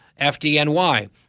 FDNY